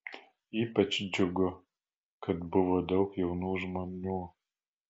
ypač džiugų kad buvo daug jaunų žmonių